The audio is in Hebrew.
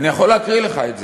אני יכול להקריא לך את זה.